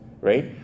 right